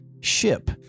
ship